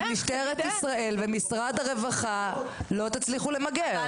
משטרת ישראל ומשרד הרווחה לא תצליחו למגר.